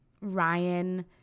Ryan